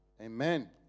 Amen